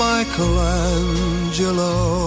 Michelangelo